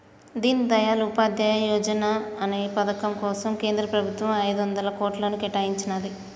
దీన్ దయాళ్ ఉపాధ్యాయ యోజనా అనే పథకం కోసం కేంద్ర ప్రభుత్వం ఐదొందల కోట్లను కేటాయించినాది